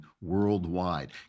worldwide